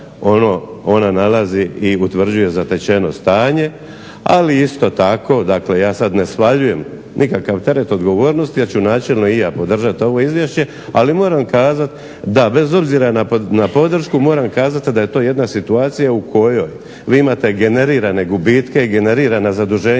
ona nalazi i utvrđuje zatečeno stanje ali isto tako, ja sada ne svaljujem nikakav teret odgovornosti, jer ću načelno i ja podržati ovo Izvješće, ali moram kazati da bez obzira na podršku, moram kazati da je to jedna situacija gdje vi imate generirane gubitke, generirana zaduženja,